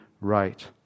right